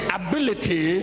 ability